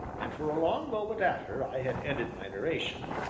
and for a long moment after i had ended my narration,